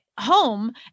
home